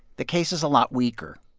the case is a lot weaker.